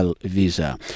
Visa